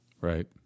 Right